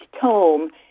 tome